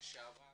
לשעבר